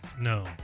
No